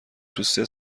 توسه